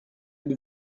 êtes